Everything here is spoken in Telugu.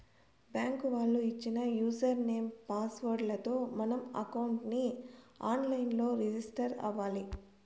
బ్యాంకు వాళ్ళు ఇచ్చిన యూజర్ నేమ్, పాస్ వర్డ్ లతో మనం అకౌంట్ ని ఆన్ లైన్ లో రిజిస్టర్ అవ్వాలి